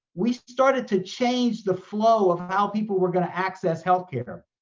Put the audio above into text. we started to change the flow of how people were gonna access healthcare.